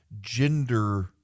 Gender